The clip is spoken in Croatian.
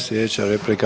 Sljedeća replika